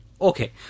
Okay